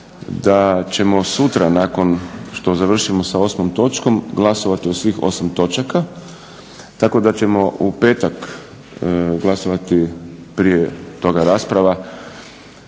da ćemo sutra nakon što završimo sa osmom točkom glasovati o svih osam točaka tako da ćemo u petak glasovati, a prije toga rasprava,